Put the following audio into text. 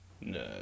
no